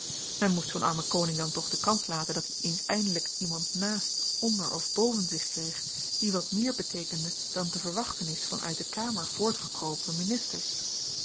moest zoo'n armen koning dan toch de kans laten dat-i eens eindelyk iemand naast onder of boven zich kreeg die wat meer beteekende dan te verwachten is van uit de kamer voortgekropen ministers